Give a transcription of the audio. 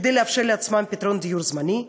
שכדי לאפשר לעצמם פתרון דיור זמני,